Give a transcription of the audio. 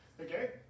Okay